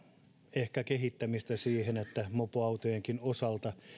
ehkä kehittämistä siihen että mopoautojenkin osalta